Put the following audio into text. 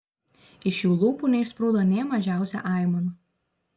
iš jų lūpų neišsprūdo nė mažiausia aimana